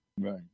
Right